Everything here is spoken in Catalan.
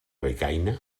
becaina